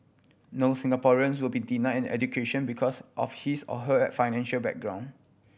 no Singaporeans will be denied an education because of his or her financial background